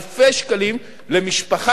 אלפי שקלים למשפחה.